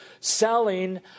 selling